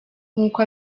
nkuko